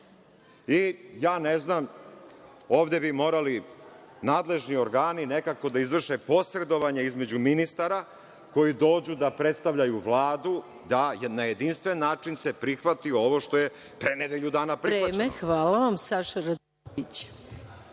Ja ne znam, ovde bi morali nadležni organi nekako da izvrše posredovanje između ministara koji dođu da predstavljaju Vladu, da se na jedinstven način prihvati ovo što je pre nedelju dana prihvaćeno. **Maja Gojković**